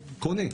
קונה,